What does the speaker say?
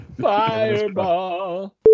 fireball